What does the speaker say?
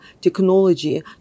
technology